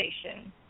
station